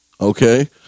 okay